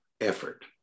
effort